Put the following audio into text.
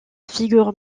figure